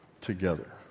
together